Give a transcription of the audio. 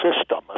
system